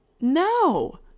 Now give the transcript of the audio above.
no